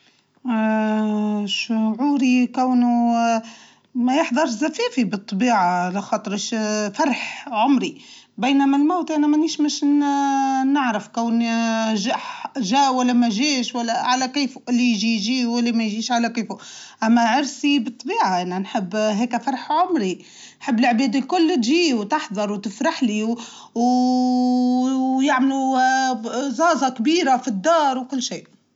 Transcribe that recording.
أنا بطبيعة الواحد ما يحضر ليش عرسي لكن فرح متاعي نحب أي واحد المذبية عندك فرحة الأفراد العائلة الكل والجيران والأصحاب ينزلون يشيركوني فيه بينما جنازتي وانا وين مش نعرف كونهم جاوة لما جاوش فيك الوقت.